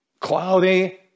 cloudy